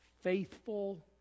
Faithful